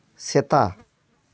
ᱥᱮᱛᱟ